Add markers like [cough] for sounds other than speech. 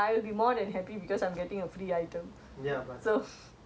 ya but maybe it can be something like like [noise]